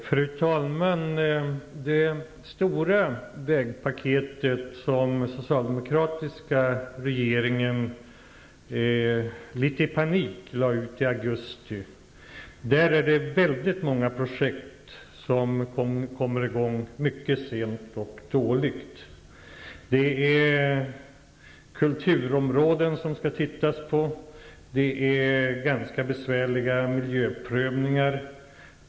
Fru talman! I det stora vägpaket som den socialdemokratiska regeringen litet i panik lade ut i augusti är det många projekt som kommer i gång mycket sent och dåligt. Det gäller kulturområden som man måste se på. Det gäller ganska besvärliga miljöprövningar.